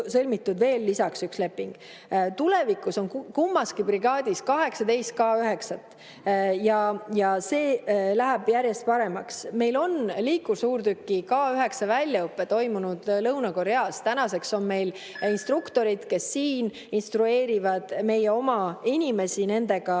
veel lisaks üks leping. Tulevikus on kummaski brigaadis 18 K9-t. Ja see läheb järjest paremaks. Meil on liikursuurtüki K9 väljaõpe toimunud Lõuna-Koreas. Tänaseks on meil instruktorid, kes siin instrueerivad meie oma inimesi nendega